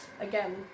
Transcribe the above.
again